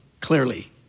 Clearly